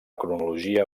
cronologia